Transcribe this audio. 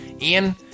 Ian